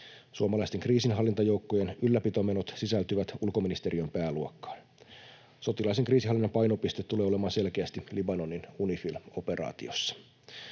Suomalaisten kriisinhallintajoukkojen ylläpitomenot sisältyvät ulkoministeriön pääluokkaan. Sotilaallisen kriisinhallinnan painopiste tulee olemaan selkeästi Libanonin UNIFIL-operaatiossa.